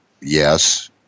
yes